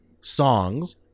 songs